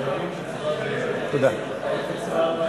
לדיון מוקדם